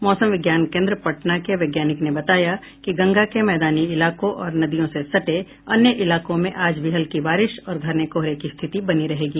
मौसम विज्ञान केन्द्र पटना के वैज्ञानिक ने बताया कि गंगा के मैदानी इलाकों और नदियों से सटे अन्य इलाकों में आज भी हल्की बारिश और घने कोहरे की स्थिति बनी रहेगी